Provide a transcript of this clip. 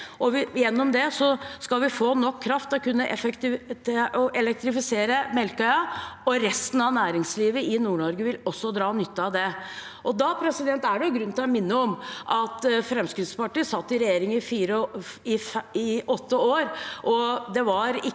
gjennom det skal vi få nok kraft til å kunne elektrifisere Melkøya. Resten av næringslivet i Nord-Norge vil også dra nytte av det. Det er grunn til å minne om at Fremskrittspartiet satt i regjering i åtte år. Det var ikke